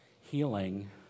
healing